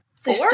Four